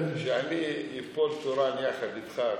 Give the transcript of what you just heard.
נפל בחלקי שאני אפול תורן יחד איתך.